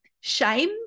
Shame